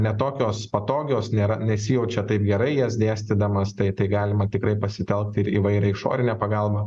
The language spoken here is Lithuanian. ne tokios patogios nėra nesijaučia taip gerai jas dėstydamas tai tai galima tikrai pasitelkt ir įvairią išorinę pagalbą